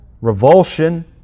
revulsion